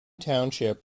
township